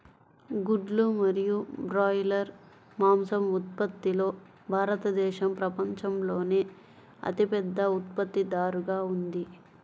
గుడ్లు మరియు బ్రాయిలర్ మాంసం ఉత్పత్తిలో భారతదేశం ప్రపంచంలోనే అతిపెద్ద ఉత్పత్తిదారుగా ఉంది